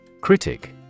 Critic